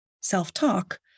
self-talk